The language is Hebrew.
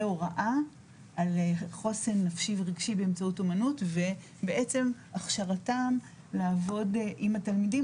הוראה על חוסן נפשי ורגשי באמצעות אומנות ובעצם הכשרתם לעבוד עם התלמידים.